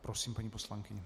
Prosím, paní poslankyně.